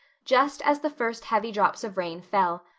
just as the first heavy drops of rain fell.